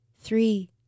Three